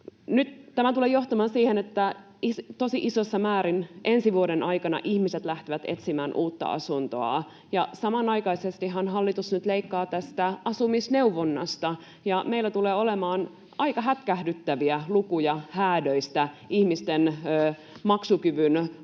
tämä tulee johtamaan siihen, että tosi isossa määrin ensi vuoden aikana ihmiset lähtevät etsimään uutta asuntoa. Samanaikaisestihan hallitus nyt leikkaa tästä asumisneuvonnasta, ja meillä tulee olemaan aika hätkähdyttäviä lukuja häädöistä, ihmisten maksukyvyn muutoksista